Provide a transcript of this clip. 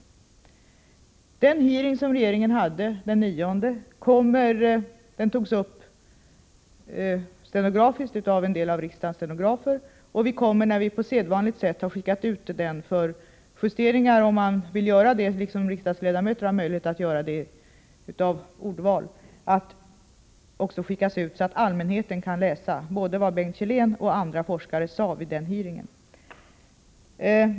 Det som sades vid den hearing som regeringen anordnade den 9 april togs upp stenografiskt av en del av riksdagens stenografer. Efter det att vi på sedvanligt sätt har skickat ut protokollet för justeringar — om man vill göra justeringar, t.ex. i vad gäller ordval, på samma sätt som riksdagsledamöter har möjlighet att göra sådana — kommer vi att distriubuera materialet så att allmänheten kan läsa vad både Bengt Källén och andra forskare sade vid denna hearing.